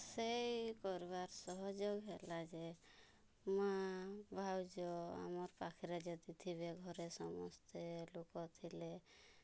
ରୁଷେଇ କର୍ବା ସହଜ ହେଲା ଯେ ମାଆ ଭାଉଜ ଆମର୍ ପାଖ୍ରେ ଯଦି ଥିବେ ଘରେ ସମସ୍ତେ ଲୁକ ଥିଲେ